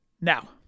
now